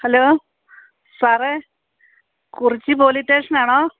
hello സാറേ Kurichi police station ആണോ